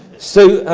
so,